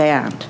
banned